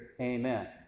Amen